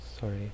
Sorry